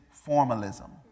formalism